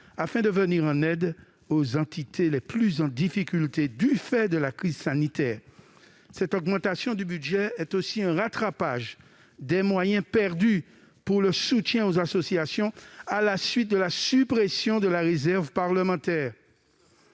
afin de venir en aide aux entités les plus en difficulté du fait de la crise sanitaire. L'augmentation de ce budget serait aussi un rattrapage des moyens perdus en matière de soutien aux associations à la suite de la suppression de la réserve parlementaire.